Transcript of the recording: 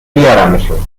بیارمشون